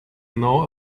know